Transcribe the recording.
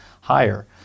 higher